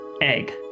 egg